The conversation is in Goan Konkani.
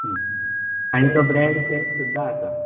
आनी तो ब्रेड केक सुद्दां आसा